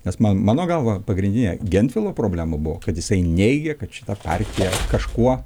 nes man mano galva pagrindinė gentvilo problema buvo kad jisai neigia kad šita partija kažkuo